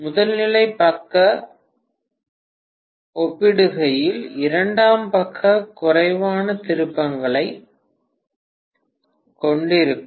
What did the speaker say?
முதல்நிலைப் பக்க ஒப்பிடுகையில் இரண்டாம் பக்க குறைவான திருப்பங்களை கொண்டிருக்கும்